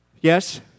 Yes